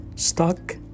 stuck